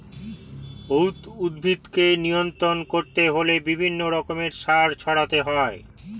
weed উদ্ভিদকে নিয়ন্ত্রণ করতে হলে বিভিন্ন রকমের সার ছড়াতে হয়